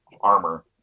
armor